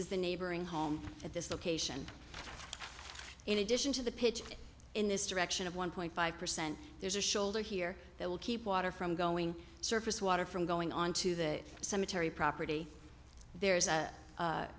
is the neighboring home at this location in addition to the pitch in this direction of one point five percent there's a shoulder here that will keep water from going surface water from going on to the cemetery property there's